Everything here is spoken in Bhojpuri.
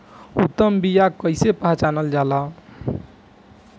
उत्तम बीया कईसे पहचानल जाला?